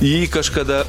jį kažkada